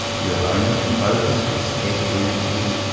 you have only to focus your scattered energies,